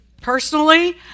Personally